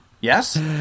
Yes